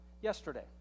Yesterday